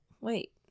wait